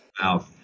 Wow